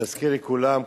להזכיר לכולם,